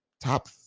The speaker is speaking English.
Top